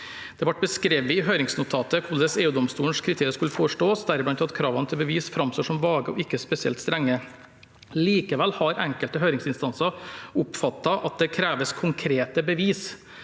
Det ble beskrevet i høringsnotatet hvordan EUdomstolens kriterier skulle forstås, deriblant at kravene til bevis framstår som vage og ikke spesielt strenge. Likevel har enkelte høringsinstanser oppfattet at det kreves konkrete bevis.